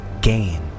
gain